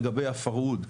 לגבי הפרהוד,